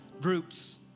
groups